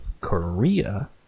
korea